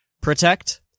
Protect